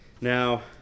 Now